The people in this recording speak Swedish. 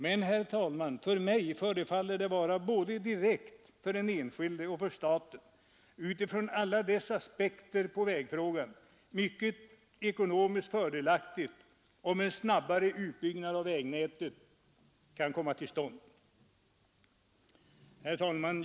Men det förefaller mig vara — både direkt för den enskilde och för staten utifrån alla dess aspekter på vägfrågan — ekonomiskt mycket fördelaktigt med en snabbare utbyggnad av vägnätet.